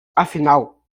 afinal